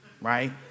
right